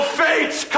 fates